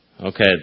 Okay